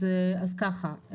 אז ככה,